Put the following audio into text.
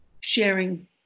sharing